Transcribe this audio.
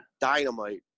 dynamite